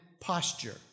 posture